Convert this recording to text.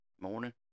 morning